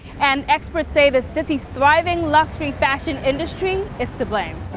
and experts say the city's thriving luxury fashion industry is to blame.